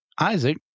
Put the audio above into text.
Isaac